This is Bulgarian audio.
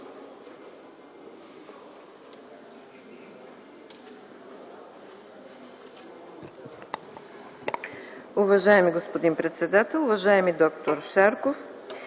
Уважаеми господин председател, уважаеми д-р Шарков!